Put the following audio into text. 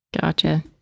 Gotcha